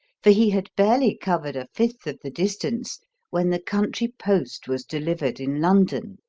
for he had barely covered a fifth of the distance when the country post was delivered in london,